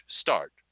start